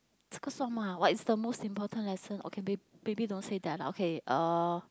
这个说吗 what is the most important lesson okay may~ maybe don't say that lah okay uh